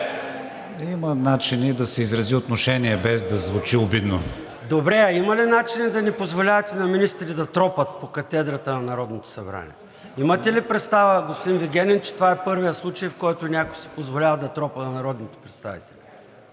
има начини да се изрази отношение, без да звучи обидно. ЙОРДАН ЦОНЕВ: Добре, а има ли начини да не позволявате на министри да тропат по катедрата на Народното събрание? Имате ли представа, господин Вигенин, че това е първият случай, в който някой си позволява да тропа на народните представители.